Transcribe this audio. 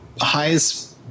highest